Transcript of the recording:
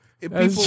People